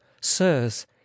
sirs